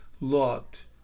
locked